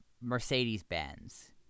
Mercedes-Benz